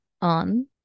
on